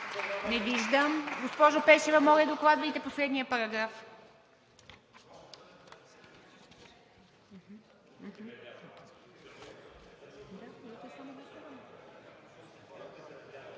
Не виждам. Госпожо Пешева, моля, докладвайте последния параграф.